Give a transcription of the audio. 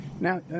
Now